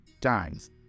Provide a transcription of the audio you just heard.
times